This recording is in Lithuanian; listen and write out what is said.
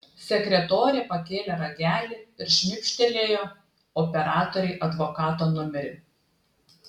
sekretorė pakėlė ragelį ir šnibžtelėjo operatorei advokato numerį